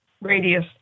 radius